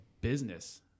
business